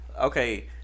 Okay